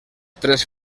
tres